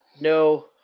no